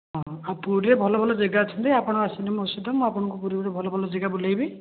ହଁ ଆଉ ପୁରୀରେ ଭଲ ଭଲ ଯାଗା ଅଛନ୍ତି ଆପଣ ଆସନ୍ତୁ ମୋ ସହିତ ମୁଁ ଆପଣଙ୍କୁ ପୁରୀରେ ଭଲ ଭଲ ଯାଗା ବୁଲାଇବି